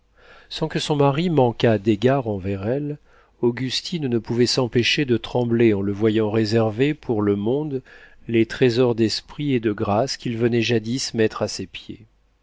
sans que son mari manquât d'égards envers elle augustine ne pouvait s'empêcher de trembler en le voyant réserver pour le monde les trésors d'esprit et de grâce qu'il venait jadis mettre à ses pieds